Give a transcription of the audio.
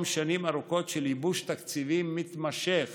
שנים ארוכות של ייבוש תקציבים מתמשך